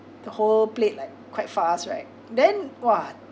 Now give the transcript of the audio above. the whole plate like quite fast right then !wah!